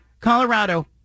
Colorado